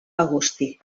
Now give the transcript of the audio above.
agustí